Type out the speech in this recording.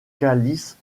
calice